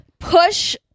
push